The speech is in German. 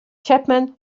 chapman